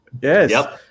yes